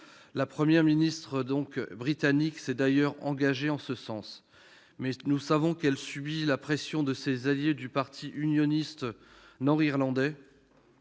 la Première ministre britannique s'est engagée en ce sens, nous savons qu'elle subit la pression de ses alliés du parti unioniste nord-irlandais,